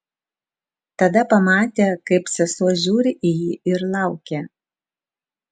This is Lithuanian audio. tada pamatė kaip sesuo žiūri į jį ir laukia